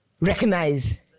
recognize